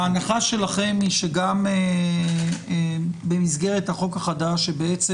ההנחה שלכם היא שגם במסגרת החוק החדש שבעצם